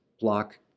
block